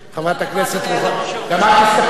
גם את מסתפקת?